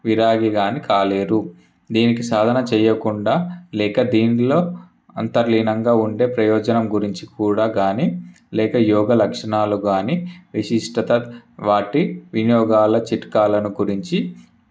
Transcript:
విరాగి కాని కాలేరు దినికి సాధన చేయకుండా లేక దీంట్లో అంతర్లీనంగా ఉండే ప్రయోజనం గురించి కూడ కాని లేక యోగ లక్షణాలు కాని విశిష్టిత వాటి వినియోగాల చిట్కాలను గురించి